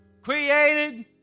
created